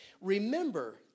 Remember